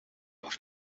auf